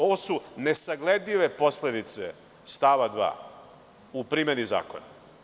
Ovo su nesagledive posledice stava 2. u primeni zakona.